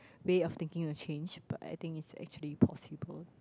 way of thinking to change but I think it's actually possible